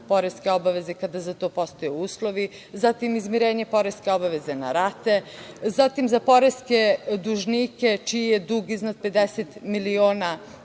poreske obaveze kada za to postoje uslovi, zatim izmirenje poreske obaveze na rate. Zatim za poreske dužnike čiji je dug iznad 50 miliona dinara